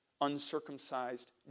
uncircumcised